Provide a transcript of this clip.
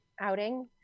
outing